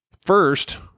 first